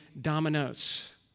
dominoes